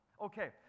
Okay